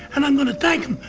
and i'm going to thank